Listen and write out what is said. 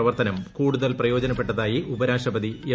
പ്രവർത്തനം കൂടുതൽ പ്പ്യോജനപ്പെട്ടതായി ഉപരാഷ്ട്രപതി എം